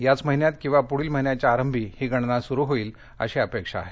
याच महिन्यात किंवी पुढल्या महिन्याच्या आरप्ती ही गणना सुरु होईल अशी अपेक्षा आहे